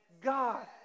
God